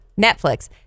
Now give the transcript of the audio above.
Netflix